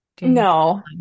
No